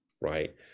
Right